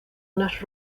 unas